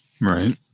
Right